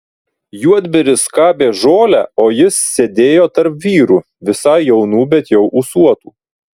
juodbėris skabė žolę o jis sėdėjo tarp vyrų visai jaunų bet jau ūsuotų